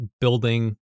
building